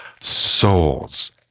souls